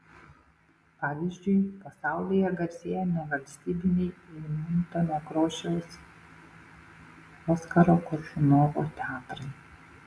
pavyzdžiui pasaulyje garsėja nevalstybiniai eimunto nekrošiaus oskaro koršunovo teatrai